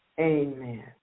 Amen